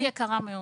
ריקי יקרה מאוד.